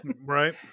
Right